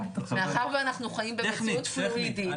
מאחר ואנחנו חיים במציאות פלואידית,